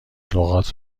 لغات